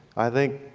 i think,